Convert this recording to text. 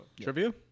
trivia